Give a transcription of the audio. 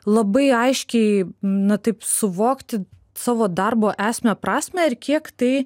labai aiškiai na taip suvokti savo darbo esmę prasmę ir kiek tai